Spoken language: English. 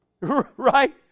Right